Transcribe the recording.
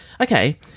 Okay